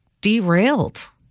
derailed